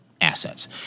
assets